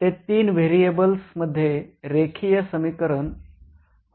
ते तीन व्हेरिएबल्स मध्ये रेखीय समीकरण